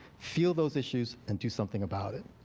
feel those issues, and do something about it.